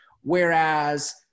Whereas